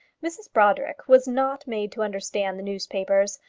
mrs brodrick was not made to understand the newspapers,